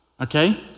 Okay